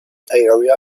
area